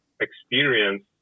experience